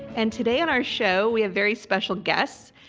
and today on our show we have very special guests,